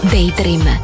Daydream